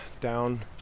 down